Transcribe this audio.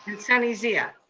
and sunny zia.